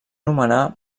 nomenar